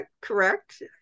correct